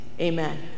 Amen